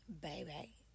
baby